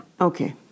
Okay